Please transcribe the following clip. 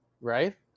right